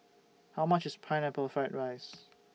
How much IS Pineapple Fried Rice